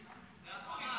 זה החמאס, זה החמאס.